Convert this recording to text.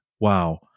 wow